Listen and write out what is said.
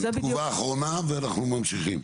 כן, תגובה אחרונה ואנחנו ממשיכים.